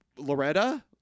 loretta